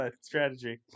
Strategy